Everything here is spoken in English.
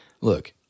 look